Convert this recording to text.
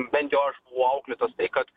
bent jau aš buvau auklėtas tai kad